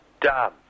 done